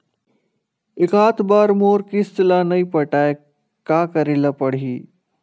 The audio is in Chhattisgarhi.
एकात बार मोर किस्त ला नई पटाय का करे ला पड़ही?